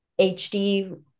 HD